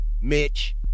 Mitch